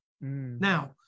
Now